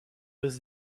was